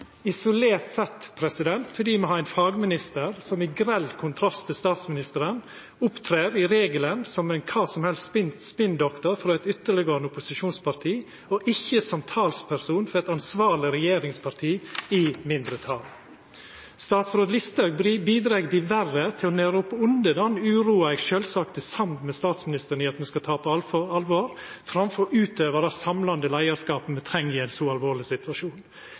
isolert sett fordi me har ein fagminister som i grell kontrast til statsministeren i regelen opptrer som ein slags spinndoktor frå eit ytterleggåande opposisjonsparti, ikkje som talsperson for eit ansvarleg regjeringsparti i mindretal. Statsråd Listhaug bidreg diverre til å nøra opp under den uroa eg sjølvsagt er samd med statsministeren i at me skal ta på alvor, framfor å utøva den samlande leiarskapen me treng i ein så alvorleg situasjon.